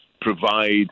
provide